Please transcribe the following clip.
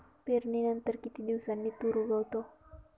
पेरणीनंतर किती दिवसांनी तूर उगवतो?